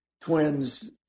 twins